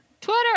Twitter